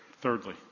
Thirdly